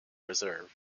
reserve